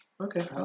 okay